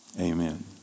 Amen